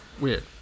Weird